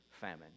famine